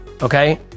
Okay